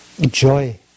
joy